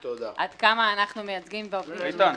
עד כמה אנחנו מייצגים ועובדים מול